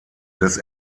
des